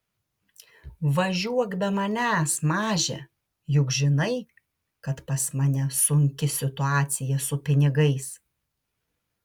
važiuok be manęs maže juk žinai kad pas mane sunki situaciją su pinigais